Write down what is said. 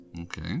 Okay